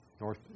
North